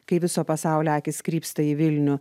kai viso pasaulio akys krypsta į vilnių